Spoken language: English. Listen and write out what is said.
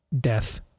Death